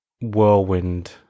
whirlwind